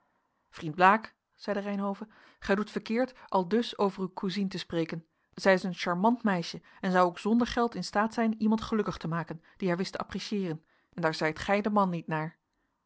vriend blaek zeide reynhove gij doet verkeerd aldus over uw cousine te spreken zij is een charmant meisje en zou ook zonder geld in staat zijn iemand gelukkig te maken die haar wist te appreciëeren en daar zijt gij de man niet naar